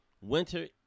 Winter